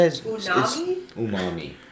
umami